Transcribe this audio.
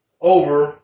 over